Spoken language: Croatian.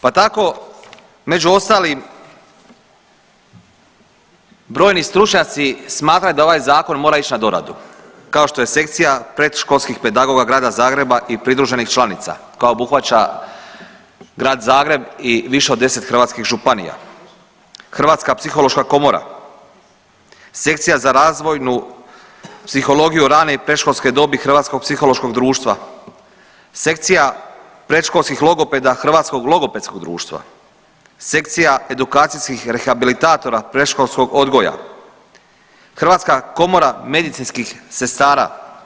Pa tako među ostalim brojni stručnjaci smatraju da ovaj zakon mora ići na doradu kao što je Sekcija predškolskih pedagoga Grada Zagreba i pridruženih članica koja obuhvaća Grad Zagreb i više od 10 hrvatskih županija, Hrvatska psihološka komora, Sekcija za razvojnu psihologiju rane i predškolske dobi Hrvatskog psihološkog društva, Sekcija predškolskih logopeda Hrvatskog logopedskog društva, Sekcija edukacijskih rehabilitatora predškolskog odgoja, Hrvatska komora medicinskih sestara.